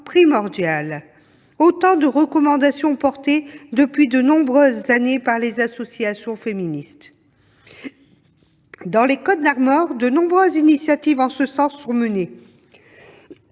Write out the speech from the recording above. autant de recommandations défendues depuis de nombreuses années par les associations féministes. Dans les Côtes-d'Armor, de nombreuses initiatives en ce sens sont menées.